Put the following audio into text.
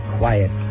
quiet